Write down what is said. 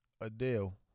Adele